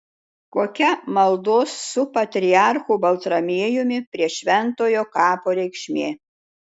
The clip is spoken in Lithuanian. kokia maldos su patriarchu baltramiejumi prie šventojo kapo reikšmė